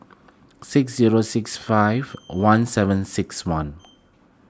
six zero six five one seven six one